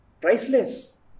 priceless